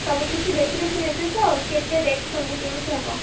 ସବୁ କିଛି ବେଶୀ ବେଶୀ ନେବି ତ କେତେ ରେଟ୍ ସବୁ କେମିତି ହବ